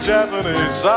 Japanese